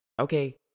Okay